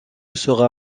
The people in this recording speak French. sera